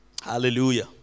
Hallelujah